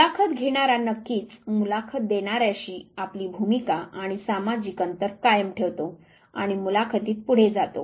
मुलाखत घेणारा नक्कीच मुलाखत देणार्याशी आपली भूमिका आणि सामाजिक अंतर कायम ठेवतो आणि मुलाखतीत पुढे जातो